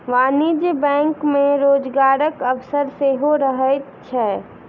वाणिज्यिक बैंक मे रोजगारक अवसर सेहो रहैत छै